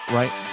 right